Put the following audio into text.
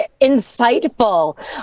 insightful